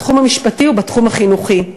בתחום המשפטי ובתחום החינוכי.